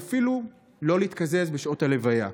ואפילו לא להתקזז בשעות הלוויה.